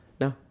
No